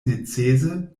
necese